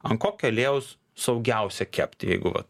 ant kokio aliejaus saugiausia kepti jeigu vat